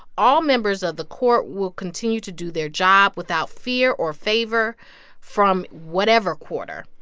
all members of the court will continue to do their job without fear or favor from whatever quarter.